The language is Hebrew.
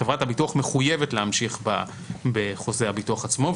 חברת הביטוח מחויבת להמשיך בחוזה הביטוח עצמו,